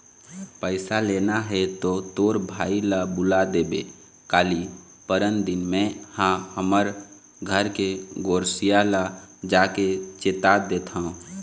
पइसा लेना हे तो तोर भाई ल बुला देबे काली, परनदिन में हा हमर घर के गोसइया ल जाके चेता देथव